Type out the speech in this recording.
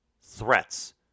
threats